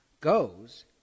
goes